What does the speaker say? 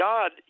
God